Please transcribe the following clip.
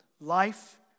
Life